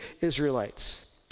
Israelites